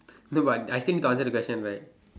no but I still need to answer the question right